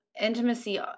intimacy